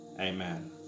Amen